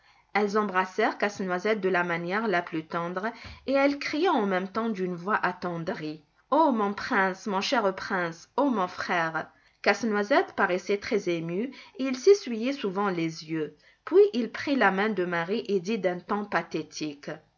elles embrassèrent casse-noisette de la manière la plus tendre et elles criaient en même temps d'une voix attendrie ô mon prince mon cher prince ô mon frère casse-noisette paraissait très ému et il s'essuyait souvent les yeux puis il prit la main de marie et dit d'un ton pathétique